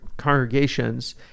congregations